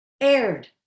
aired